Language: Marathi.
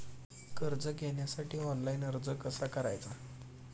कर्ज घेण्यासाठी ऑनलाइन अर्ज कसा करायचा?